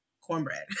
cornbread